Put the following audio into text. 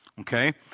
Okay